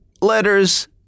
letters